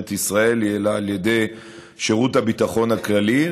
ישראל אלא היא על ידי שירות הביטחון הכללי,